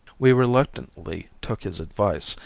we reluctantly took his advice,